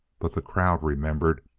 but the crowd remembered,